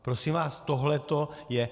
Prosím vás, tohleto je...